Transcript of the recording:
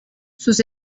sus